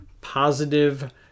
positive